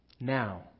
Now